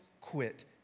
quit